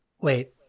wait